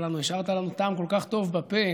השארת לנו טעם כל כך טוב בפה.